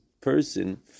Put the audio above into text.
person